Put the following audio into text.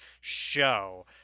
show